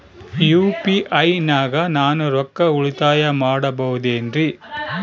UPI ನಾಗ ನಾನು ರೊಕ್ಕ ಉಳಿತಾಯ ಮಾಡಬಹುದೇನ್ರಿ?